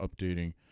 updating